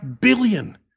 billion